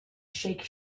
shake